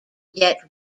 yet